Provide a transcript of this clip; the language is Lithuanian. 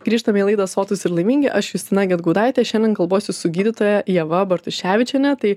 grįžtame į laidą sotūs ir laimingi aš justina gedgaudaitė šiandien kalbuosi su gydytoja ieva bartuševičiene tai